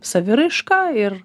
saviraišką ir